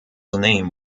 name